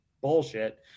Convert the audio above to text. bullshit